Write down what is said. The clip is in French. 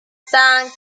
cinq